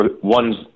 one